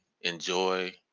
enjoy